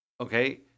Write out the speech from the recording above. Okay